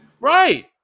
Right